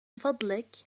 فضلك